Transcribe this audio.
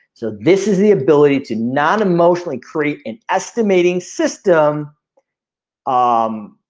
so this is the ability to non emotionally create an estimating system um